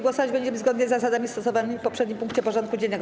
Głosować będziemy zgodnie z zasadami stosowanymi w poprzednim punkcie porządku dziennego.